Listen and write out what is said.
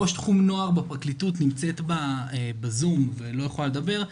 ראש תחום נוער בפרקליטות נמצאת בזום ולא יכולה לדבר,